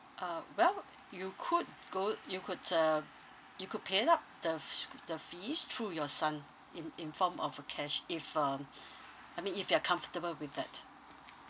uh well you could go you could uh you could pay up the the fees through your son in in form of uh cash if um I mean if you're comfortable with that